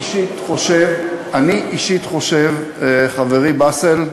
חושב, חברי באסל,